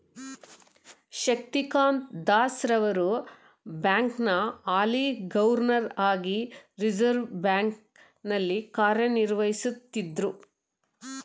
ಶಕ್ತಿಕಾಂತ್ ದಾಸ್ ರವರು ಬ್ಯಾಂಕ್ನ ಹಾಲಿ ಗವರ್ನರ್ ಹಾಗಿ ರಿವರ್ಸ್ ಬ್ಯಾಂಕ್ ನಲ್ಲಿ ಕಾರ್ಯನಿರ್ವಹಿಸುತ್ತಿದ್ದ್ರು